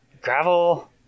gravel –